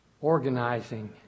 organizing